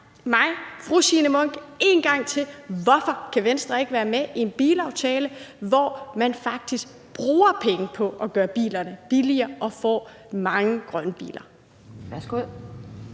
mig, fru Signe Munk, en gang til, hvorfor Venstre ikke kan være med i en bilaftale, hvor man faktisk bruger penge på at gøre bilerne billigere, og hvor man får mange grønne biler? Kl.